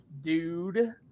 dude